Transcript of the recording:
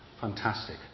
Fantastic